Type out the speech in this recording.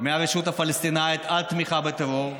מהרשות הפלסטינית על תמיכה בטרור,